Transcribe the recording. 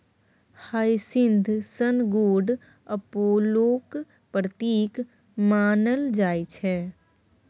hyacinth सन गोड अपोलोक प्रतीक मानल जाइ छै